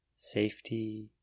safety